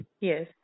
Yes